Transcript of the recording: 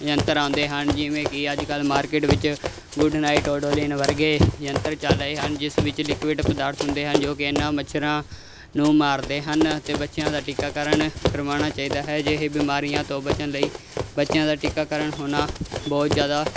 ਯੰਤਰ ਆਉਂਦੇ ਹਨ ਜਿਵੇਂ ਕਿ ਅੱਜ ਕੱਲ੍ਹ ਮਾਰਕੀਟ ਵਿੱਚ ਗੁੱਡ ਨਾਈਟ ਔਡੋਲੀਨ ਵਰਗੇ ਯੰਤਰ ਚੱਲ ਰਹੇ ਹਨ ਜਿਸ ਵਿੱਚ ਲਿਕਵਿਡ ਪਦਾਰਥ ਹੁੰਦੇ ਹਨ ਜੋ ਕਿ ਇਹਨਾਂ ਮੱਛਰਾਂ ਨੂੰ ਮਾਰਦੇ ਹਨ ਅਤੇ ਬੱਚਿਆਂ ਦਾ ਟੀਕਾਕਰਨ ਕਰਵਾਉਣਾ ਚਾਹੀਦਾ ਹੈ ਅਜਿਹੇ ਬਿਮਾਰੀਆਂ ਤੋਂ ਬਚਣ ਲਈ ਬੱਚਿਆਂ ਦਾ ਟੀਕਾਕਰਨ ਹੋਣਾ ਬਹੁਤ ਜ਼ਿਆਦਾ